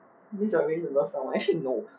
which means you're ready to love someone actually no